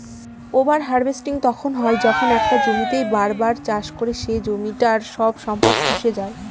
over harvesting তখন হয় যখন একটা জমিতেই বার বার চাষ করে সে জমিটার সব সম্পদ শুষে যাই